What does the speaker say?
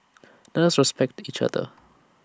let us respect each other